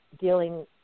dealing